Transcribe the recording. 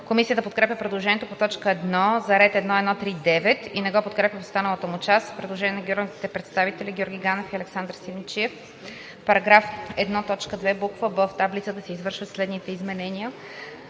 Комисията подкрепя предложението по т. 1 за ред 1.1.3.9 и не го подкрепя в останалата му част. Предложение на народните представители Георги Ганев и Александър Симидчиев: „В § 1, т. 2, б. „б“, в таблицата се извършват следните изменения: